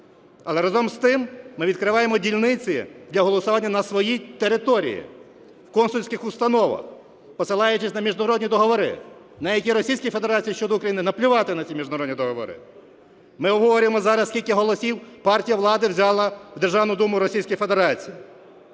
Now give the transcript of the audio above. Але разом з тим ми відкриваємо дільниці для голосування на своїй території, в консульських установах, посилаючись на міжнародні договори, на які Російській Федерації щодо України наплювати на ці міжнародні договори. Ми обговорюємо зараз скільки голосів партія влади взяла в Державну Думу Російської Федерації.